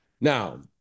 Now